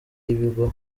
y’ibigo